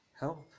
Help